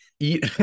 eat